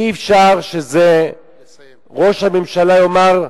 אי-אפשר שראש הממשלה יאמר,